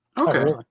okay